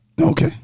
Okay